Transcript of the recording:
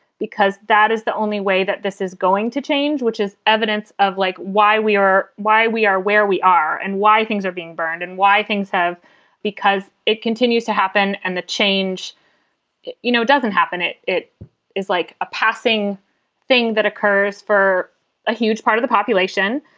because that is the only way that this is going to change, which is evidence of like why we are, why we are where we are and why things are being burned and why things have because it continues to happen and the change you know doesn't happen. it it is like a passing passing thing that occurs for a huge part of the population,